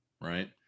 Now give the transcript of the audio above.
Right